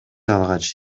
алгач